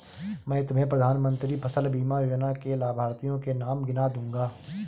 मैं तुम्हें प्रधानमंत्री फसल बीमा योजना के लाभार्थियों के नाम गिना दूँगा